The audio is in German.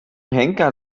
henker